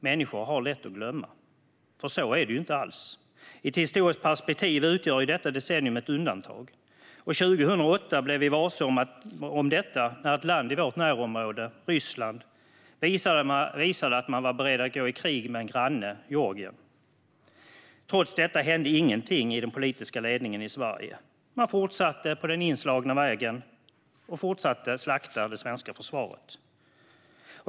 Människor har lätt att glömma, för så är det inte alls. I ett historiskt perspektiv utgör detta decennium ett undantag. År 2008 blev vi varse om detta när ett land i vårt närområde, Ryssland, visade att man var beredd att gå i krig med en granne - Georgien. Trots detta hände ingenting i den politiska ledningen i Sverige. Man fortsatte på den inslagna vägen och fortsatte att slakta det svenska försvaret.